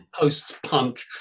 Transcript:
post-punk